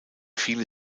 viele